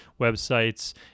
websites